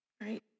Right